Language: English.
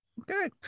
Okay